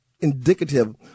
indicative